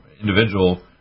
individual